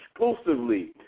exclusively